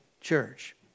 church